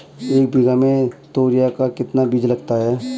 एक बीघा में तोरियां का कितना बीज लगता है?